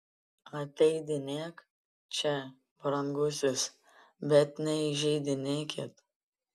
ateidinėk čia brangusis bet neįžeidinėkit